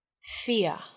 fear